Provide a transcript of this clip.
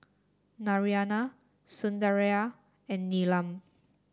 Naraina Sundaraiah and Neelam